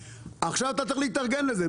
עכשיו אתה צריך להתארגן לזה.